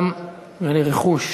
לאדם ולרכוש,